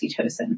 oxytocin